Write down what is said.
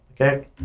okay